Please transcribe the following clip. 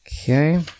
Okay